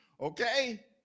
okay